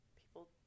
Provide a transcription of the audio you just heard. people